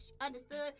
understood